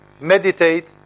meditate